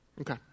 Okay